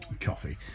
coffee